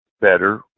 better